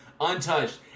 untouched